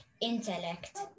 intellect